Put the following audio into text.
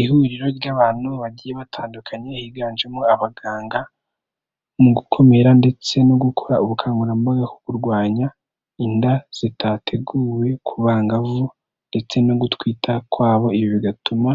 Ihuriro ry'abantu bagiye batandukanye, higanjemo abaganga mu gukumira ndetse no gukora ubukangurambaga ku kurwanya inda zitateguwe ku bangavu ndetse no gutwita kwabo, ibi bigatuma